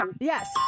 yes